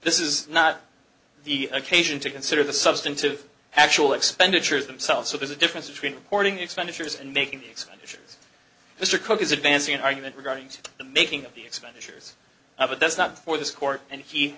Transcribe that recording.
this is not the occasion to consider the substantive actual expenditures themselves so there's a difference between reporting expenditures and making mr cook is advancing an argument regarding the making of the exit i but that's not for this court and he